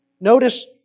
Notice